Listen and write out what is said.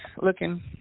looking